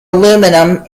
aluminum